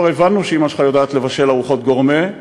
כבר הבנו שאימא שלך יודעת לבשל ארוחות גורמה,